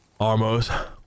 Armos